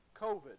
COVID